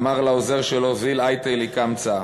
אמר לעוזר שלו: זיל אייתי לי קמצא,